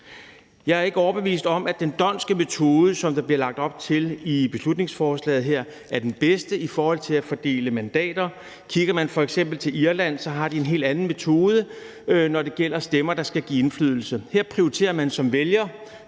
Jeg er ikke overbevist om, at den d'Hondtske metode, som der bliver lagt op til i beslutningsforslaget her, er den bedste i forhold til at fordele mandater. Kigger man f.eks. til Irland, har de en lidt anden metode, når det gælder stemmer, der skal give indflydelse. Her prioriterer man som vælger